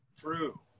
True